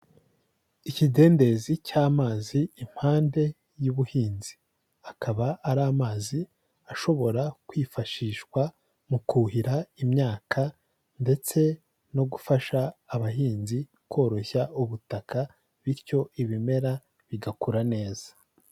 Ikidendezi cy'amazi impande y'ubuhinzi, akaba ari amazi ashobora kwifashishwa mu kuhira imyaka ndetse no gufasha abahinzi koroshya ubutaka bityo ibimera bigakura neza.